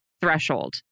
threshold